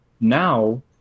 now